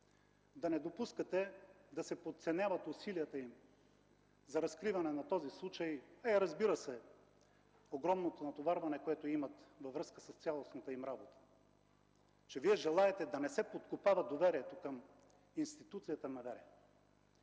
да не допускате да се подценяват усилията им за разкриване на този случай, а и огромното натоварване, което имат във връзка с цялостната им работа, че Вие желаете да не се подкопава доверието към институцията МВР.